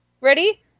Ready